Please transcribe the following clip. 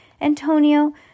Antonio